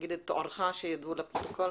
תגיד את תוארך, שידעו לכול.